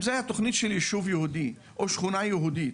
אם זאת הייתה תוכנית של יישוב יהודי או שכונה יהודית,